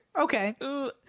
Okay